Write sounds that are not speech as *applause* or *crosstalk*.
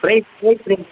price rate *unintelligible*